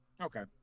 Okay